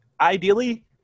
Ideally